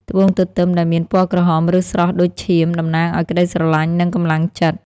ត្បូងទទឹមដែលមានពណ៌ក្រហម ឬស្រស់ដូចឈាម តំណាងឱ្យក្តីស្រឡាញ់ និងកម្លាំងចិត្ត។